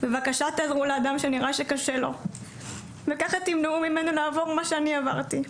בבקשה תעזרו לאדם שנראה שקשה לו וככה תמנעו ממנו מה שאני עברתי.